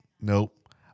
nope